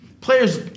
players